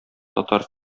татар